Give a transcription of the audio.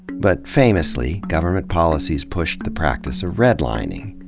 but, famously, government policies pushed the practice of redlining,